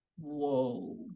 whoa